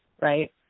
right